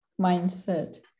mindset